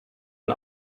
ein